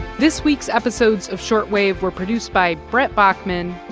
this week's episodes of short wave were produced by brett baughman,